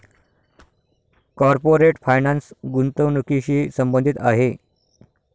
corporate finance गुंतवणुकीशी संबंधित आहे